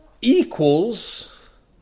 equals